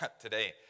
today